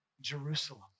Jerusalem